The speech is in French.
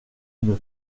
une